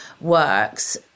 works